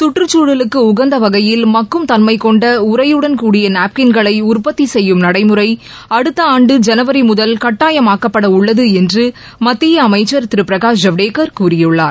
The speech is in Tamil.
சுற்றுச்சூழலுக்கு உகந்த வகையில் மக்கும தன்மைகொண்ட உறையுடன் கூடிய நாப்கின்களை உற்பத்தி செய்யும் நடைமுறை அடுத்த ஆண்டு ஜனவரி முதல் கட்டாயமாக்கப்பட உள்ளது என்று மத்திய அமைச்சர் திரு பிரகாஷ் ஜவடேகர் கூறியுள்ளார்